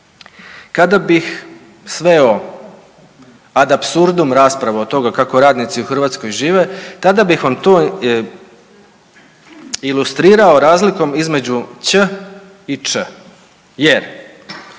Kada bih sveo ad absurdum raspravu o toga kako radnici u Hrvatskoj žive tada bih vam to ilustrirao razlikom između ć i č jer